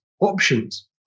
options